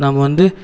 நம்ப வந்து